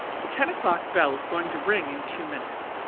the ten o'clock bell is going to ring in two minutes.